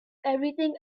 everything